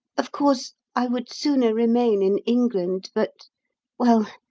of course, i would sooner remain in england, but well,